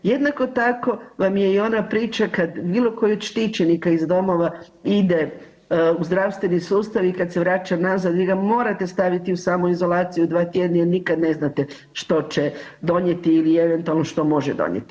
Jednako tako vam je i ona priča kada bilo koji od štićenika iz domova ide u zdravstveni sustav i kada se vraća nazad, vi ga morate staviti u samoizolaciju 2 tjedna jer nikada ne znate što će donijeti ili eventualno što može donijeti.